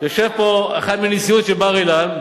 יושב פה אחד מהנשיאות של בר-אילן,